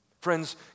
Friends